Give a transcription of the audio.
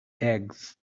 eggs